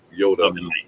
Yoda